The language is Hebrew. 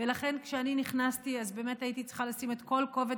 ולכן כשאני נכנסתי באמת הייתי צריכה לשים את כל כובד